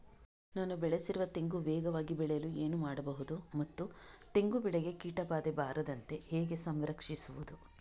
ನಾನು ಬೆಳೆಸಿರುವ ತೆಂಗು ವೇಗವಾಗಿ ಬೆಳೆಯಲು ಏನು ಮಾಡಬಹುದು ಮತ್ತು ತೆಂಗು ಬೆಳೆಗೆ ಕೀಟಬಾಧೆ ಬಾರದಂತೆ ಹೇಗೆ ಸಂರಕ್ಷಿಸುವುದು?